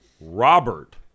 Robert